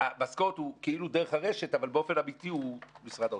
המשכורת היא כאילו דרך הרשת אבל באופן אמיתי היא ממשרד האוצר.